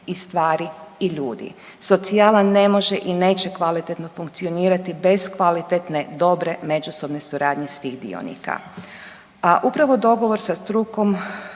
I stvari i ljudi. Socijala ne može i neće kvalitetno funkcionirati bez kvalitetne dobre međusobne suradnje svih dionika. A upravo dogovor sa strukom